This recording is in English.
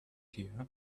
here